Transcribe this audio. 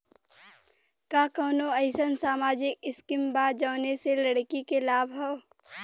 का कौनौ अईसन सामाजिक स्किम बा जौने से लड़की के लाभ हो?